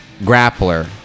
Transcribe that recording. grappler